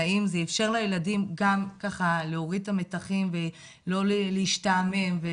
נעים זה אפשר לילדים להוריד את המתחים ולא להשתעמם.